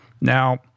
Now